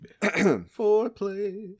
foreplay